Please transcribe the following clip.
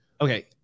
Okay